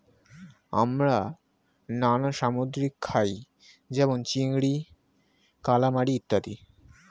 আমরা নানা সামুদ্রিক খাই যেমন চিংড়ি, কালামারী ইত্যাদি